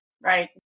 Right